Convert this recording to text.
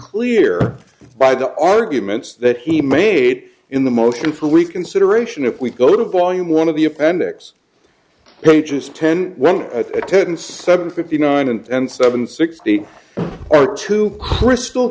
clear by the arguments that he made in the motion for reconsideration if we go to volume one of the appendix approaches ten when attendance seven fifty nine and seven sixty four to crystal